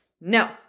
No